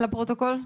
לפרוטוקול.